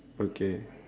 okay